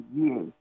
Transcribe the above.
years